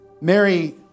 Mary